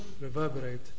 reverberate